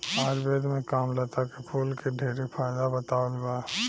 आयुर्वेद में कामलता के फूल के ढेरे फायदा बतावल बा